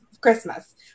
Christmas